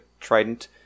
trident